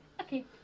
Okay